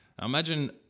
Imagine